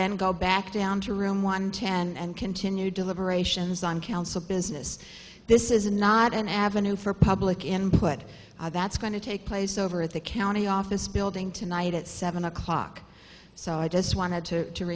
then go back down to room one ten and continue deliberations on council business this is not an avenue for public input that's going to take place over at the county office building tonight at seven o'clock so i just wanted to